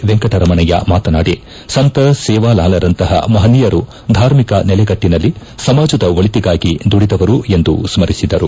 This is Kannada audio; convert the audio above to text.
ವೆಂಕಟರಮಣಯ್ಯ ಮಾತನಾಡಿ ಸಂತ ಸೇವಾಲಾಲರಂತಹ ಮಹನೀಯರು ಧಾರ್ಮಿಕ ನೆಲೆಗಟ್ಟನಲ್ಲಿ ಸಮಾಜದ ಒಳಿತಿಗಾಗಿ ದುಡಿದವರು ಎಂದು ಸ್ಪರಿಸಿದರು